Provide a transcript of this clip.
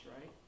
Right